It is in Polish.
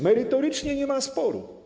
Merytorycznie nie ma sporu.